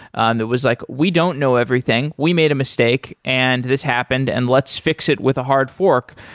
and it was like, we don't know everything. we made a mistake, and this happened, and let's fix it with a hard fork.